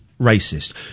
racist